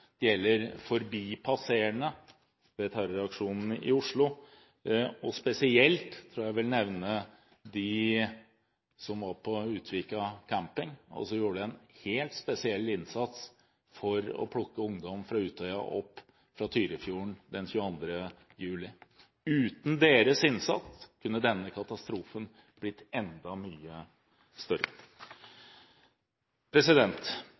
det gjelder forbipasserende ved terroraksjonen i Oslo. Spesielt vil jeg nevne dem som var på Utvika camping, og som gjorde en helt spesiell innsats ved å plukke ungdom fra Utøya opp fra Tyrifjorden den 22. juli. Uten deres innsats kunne denne katastrofen blitt enda mye